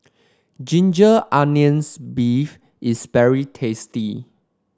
Ginger Onions beef is very tasty